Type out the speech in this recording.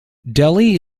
delhi